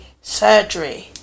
surgery